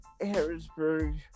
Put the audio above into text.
Harrisburg